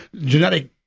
genetic